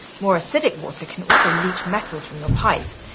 more acidic water can also leach metals from your pipes,